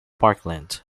parkland